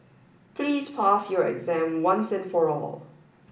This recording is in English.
please pass your exam once and for all